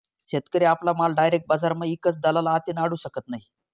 शेतकरी आपला माल डायरेक बजारमा ईकस दलाल आते नाडू शकत नै